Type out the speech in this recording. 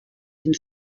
den